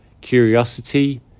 curiosity